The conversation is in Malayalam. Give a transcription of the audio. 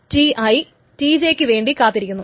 Ti Tj ക്ക് വേണ്ടി കാത്തിരിക്കുന്നു